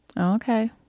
Okay